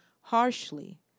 harshly